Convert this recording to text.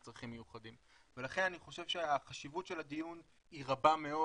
צרכים מיוחדים ולכן אני חושב שחשיבות הדיון היא רבה מאוד